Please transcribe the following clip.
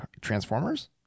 transformers